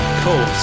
cool